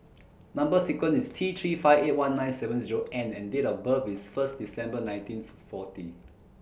Number sequence IS T three five eight one nine seven Zero N and Date of birth IS First December nineteen forty